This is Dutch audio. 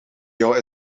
jou